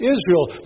Israel